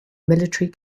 military